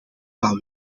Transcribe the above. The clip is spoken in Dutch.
van